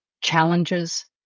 challenges